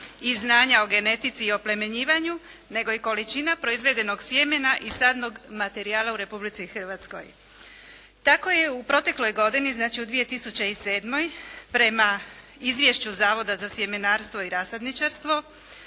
i znanja o genetici i oplemenjivanju nego i količina proizvedenog sjemena i sadnog materijala u Republici Hrvatskoj. Tako je u protekloj godini, znači u 2007. prema Izvješću Zavoda za sjemenarstvo i rasadničarstvo